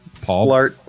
Paul